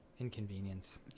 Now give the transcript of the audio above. inconvenience